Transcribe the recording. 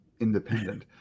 Independent